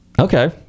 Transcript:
Okay